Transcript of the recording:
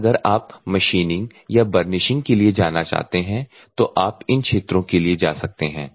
और अगर आप मशीनिंग या बर्निशिंग के लिए जाना चाहते हैं तो हम इन क्षेत्रों के लिए जा सकते हैं